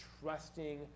trusting